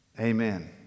Amen